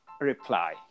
reply